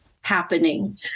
happening